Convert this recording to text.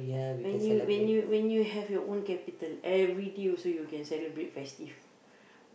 when you when you when you have your own capital every day also you can celebrate festive